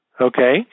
Okay